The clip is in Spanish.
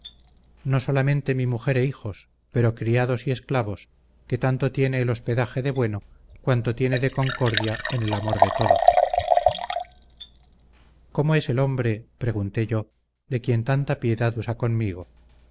no solamente mi mujer e hijos pero criados y esclavos que tanto tiene el hospedaje de bueno cuanto tiene de concordia en el amor de todos cómo es el nombre pregunté yo de quien tanta piedad usa conmigo